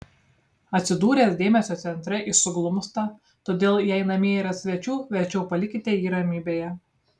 atsidūręs dėmesio centre jis suglumsta todėl jei namie yra svečių verčiau palikite jį ramybėje